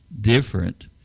different